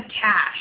cash